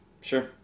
Sure